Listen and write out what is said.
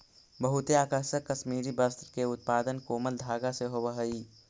बहुते आकर्षक कश्मीरी वस्त्र के उत्पादन कोमल धागा से होवऽ हइ